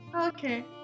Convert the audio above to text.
Okay